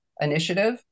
initiative